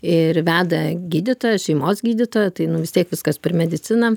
ir veda gydytoja šeimos gydytoja tai nu vis tiek viskas per mediciną